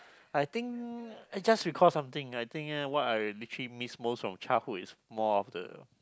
I think I just recall something I think uh what I literally miss most from childhood is more of the